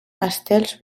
estels